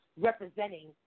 representing